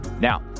Now